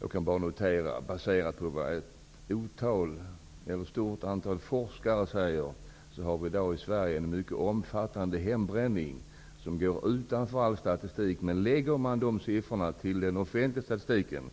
Jag kan bara notera, baserat på vad ett stort antal forskare i dag säger, att vi i Sverige har en mycket omfattande hembränning, som går utanför all statistik. Lägger man de siffrorna till den offentliga statistiken,